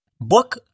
Book